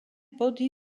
body